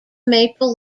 maple